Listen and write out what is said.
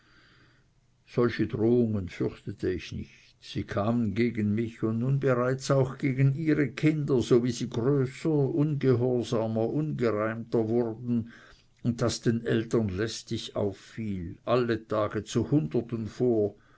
solche drohungen fürchtete ich nicht sie kamen gegen mich und nun bereits auch gegen ihre kinder so wie sie größer ungehorsamer ungereimter wurden und das den eltern lästig auffiel alle tage zu hunderten vor